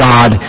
God